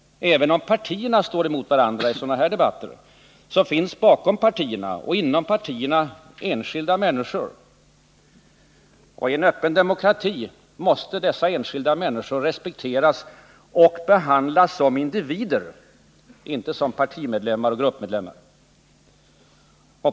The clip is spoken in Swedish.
Även om partierna står emot varandra i sådana här debatter, så finns bakom partierna och inom partierna enskilda människor, och i en öppen demokrati måste dessa enskilda människor respekteras och behandlas som individer, inte främst eller bara som partimedlemmar och gruppmedlemmar.